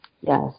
yes